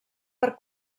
per